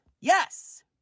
Yes